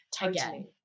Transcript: again